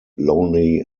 lonely